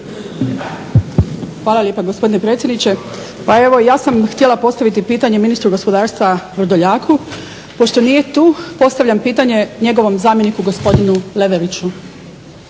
Hvala lijepa gospodine predsjedniče. Pa evo i ja sam htjela postaviti pitanje ministru gospodarstva Vrdoljaku, pošto nije tu, postavljam pitanje njegovom zamjeniku gospodinu Leverić.